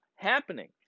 Happening